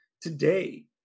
today